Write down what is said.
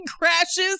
crashes